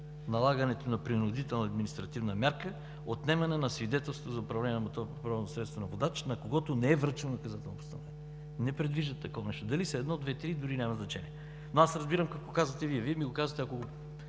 налагането на принудителна административна мярка „отнемане на Свидетелство за управление на моторно превозно средство на водач, на когото не е връчено наказателно постановление“. Не предвижда такова нещо! Дали са едно, две, три, дори няма значение. Аз разбирам какво казвате Вие. Вие ми казвате, ако ми